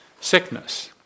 sickness